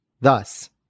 Thus